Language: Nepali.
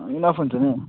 इनफ हुन्छ नि हौ